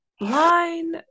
line